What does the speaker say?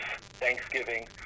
Thanksgiving